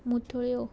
मुथळ्यो